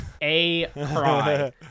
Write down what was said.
A-Cry